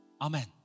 Amen